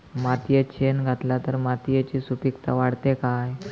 मातयेत शेण घातला तर मातयेची सुपीकता वाढते काय?